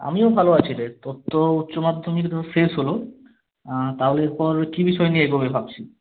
আমিও ভালো আছি রে তোর তো উচ্চমাধ্যমিকরও শেষ হলো তাহলে পর কী বিষয় নিয়ে এগোবি ভাবছি